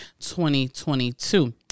2022